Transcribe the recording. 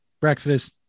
breakfast